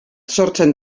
sortzen